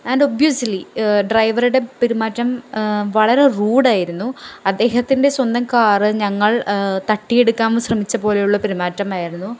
and obviously ഡ്രൈവറുടെ പെരുമാറ്റം വളരെ റൂഡായിരുന്നു അദ്ദേഹത്തിൻ്റെ സ്വന്തം കാറ് ഞങ്ങൾ തട്ടി എടുക്കാൻ ശ്രമിച്ച പോലെയുള്ള പെരുമാറ്റമായിരുന്നു